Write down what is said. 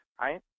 Right